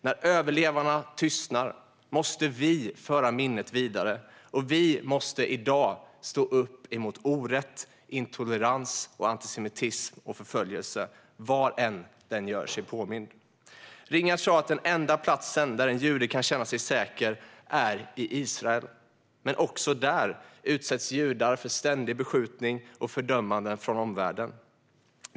När överlevarna tystnar måste vi föra minnet vidare. Vi måste stå upp emot orätt, intolerans, antisemitism och förföljelse var än den gör sig påmind. Ringart sa att den enda plats där en jude kan känna sig säker är Israel. Men också där utsätts judar för ständig beskjutning och fördömanden från omvärlden.